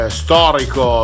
storico